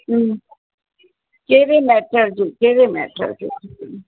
हम्म कहिड़े मैथर्ड जो कहिड़े मैथर्ड जो खपई